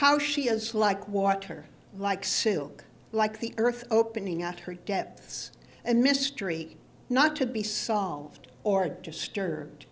how she is like water like silk like the earth opening at her depths and mystery not to be solved or disturbed